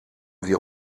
wir